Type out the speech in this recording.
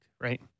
right